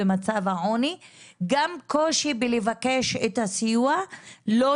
ועם איזה חנויות עשו את הדילים כדי שאנשים